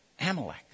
Amalek